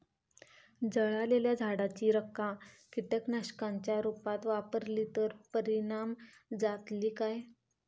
जळालेल्या झाडाची रखा कीटकनाशकांच्या रुपात वापरली तर परिणाम जातली काय?